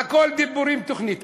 "הכול דיבורים" תוכנית,